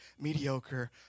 mediocre